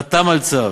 חתם על צו,